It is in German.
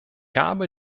habe